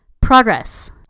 Progress